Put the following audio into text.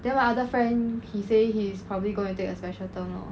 then my other friend he say he is probably going to take a special term lor